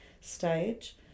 stage